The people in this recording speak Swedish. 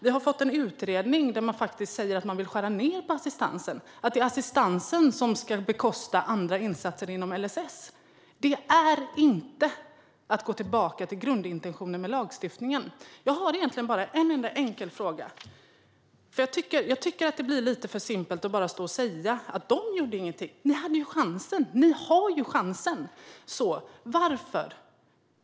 Vi har fått en utredning där man faktiskt säger att man vill skära ned på assistansen och att det är assistansen som ska bekosta andra insatser inom LSS. Det är inte att gå tillbaka till grundintentionen med lagstiftningen. Jag har egentligen bara en enkel fråga. Jag tycker nämligen att det blir lite för simpelt att stå och säga "De gjorde ingenting". Ni hade chansen! Ni har ju chansen!